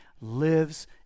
lives